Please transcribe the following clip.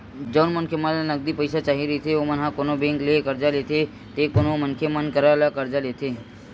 जउन मनखे मन ल नगदी पइसा चाही रहिथे ओमन ह कोनो बेंक ले करजा लेथे ते कोनो मनखे मन करा ले करजा लेथे